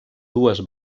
dues